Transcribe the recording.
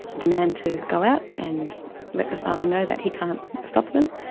demand to go out and let the father know that he can't stop them.